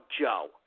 Joe